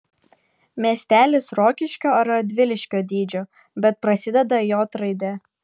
miestelis rokiškio ar radviliškio dydžio bet prasideda j raide